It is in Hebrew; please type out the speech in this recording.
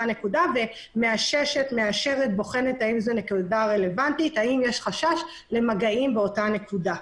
נקודה ומאשרת האם יש חשש למגעים באותה הנקודה.